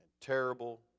terrible